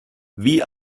wie